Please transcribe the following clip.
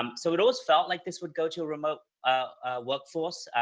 um so it always felt like this would go to a remote ah workforce,